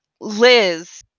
Liz